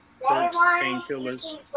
Painkillers